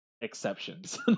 exceptions